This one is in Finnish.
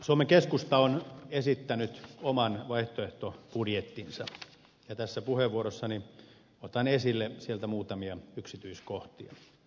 suomen keskusta on esittänyt oman vaihtoehtobudjettinsa ja tässä puheenvuorossani otan esille sieltä muutamia yksityiskohtia